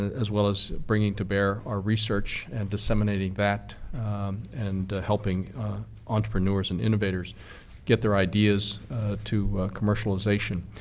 as well as bringing to bear our research and disseminating that and helping entrepreneurs and innovators get their ideas to commercialization.